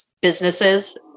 businesses